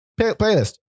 Playlist